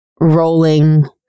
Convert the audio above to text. rolling